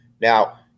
Now